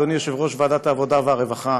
אדוני יושב-ראש ועדת העבודה והרווחה,